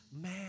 Man